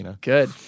Good